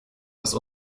dass